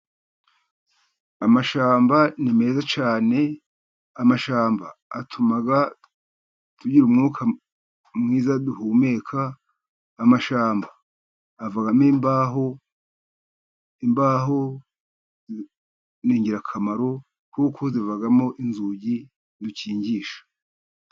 Amashyamba ni meza cyane, amashyamba atuma tugira umwuka mwiza duhumeka, amashyamba avamo imbaho, imbaho ni ingirakamaro kuko zivamo inzugi dukingisha.